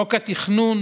חוק התכנון